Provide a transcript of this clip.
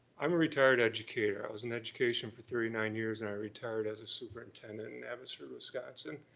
i'm a retired educator. i was in education for thirty nine years and i retired as a superintendent in abbotsford, wisconsin.